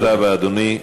תודה רבה, אדוני.